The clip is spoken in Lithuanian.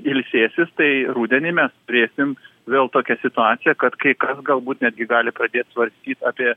ilsėsis tai rudenį mes turėsim vėl tokią situaciją kad kai kas galbūt netgi gali pradėt svarstyt apie